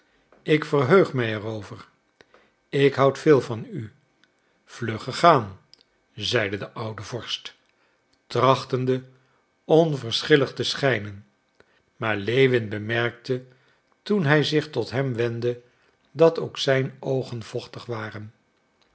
ik verheug er mij over ik houd veel van u vlug gegaan zeide de oude vorst trachtende onverschillig te schijnen maar lewin bemerkte toen hij zich tot hem wendde dat ook zijn oogen vochtig waren